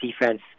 defense